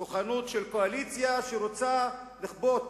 כוחנות של קואליציה שרוצה לכפות,